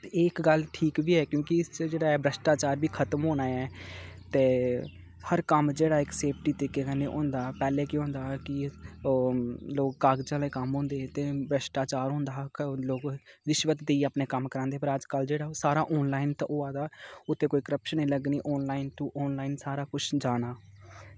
ते एह् इक गल्ल ठीक बी ऐ क्योंकि इस च जेह्ड़ा ऐ भ्रश्टाचार बी जेह्ड़ा खतम होना ऐ ते हर कम्म जेह्ड़ा इक सेफ्टी तरीके कन्नै होंदा पैह्लें केह् होंदा हा कि ओह् लोग कागज़ै आह्ले कम्म होंदे हे ते भ्रश्टाचार होंदा हा लोक रिश्वत देइयै अपने कम्म करांदे हे पर अज्जकल जेह्ड़ा ओह् सारा आनलाइन होआ दा ओह्दे ई कोई करप्शन निं लग्गनी आनलाइन टू आनलाइन सारा कुछ जाना